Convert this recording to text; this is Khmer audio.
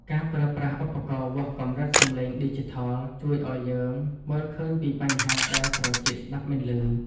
ការប្រើប្រាស់ឧបករណ៍វាស់កម្រិតសំឡេងឌីជីថលជួយឱ្យយើងមើលឃើញពីបញ្ហាដែលត្រចៀកស្ដាប់មិនឮ។